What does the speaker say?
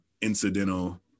incidental